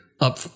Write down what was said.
up